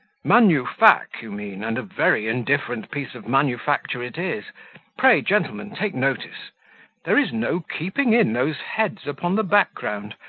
manufac, you mean, and a very indifferent piece of manufacture it is pray, gentlemen, take notice there is no keeping in those heads upon the background,